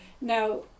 Now